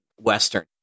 Western